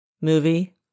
movie